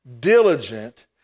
diligent